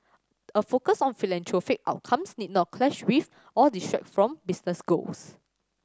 a focus on philanthropic outcomes need not clash with or distract from business goals